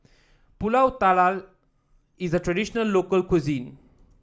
pulut Tatal is a traditional local cuisine